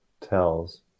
tells